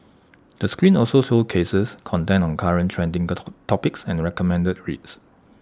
the screen also showcases content on current trending topics and recommended reads